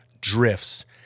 drifts